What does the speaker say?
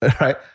right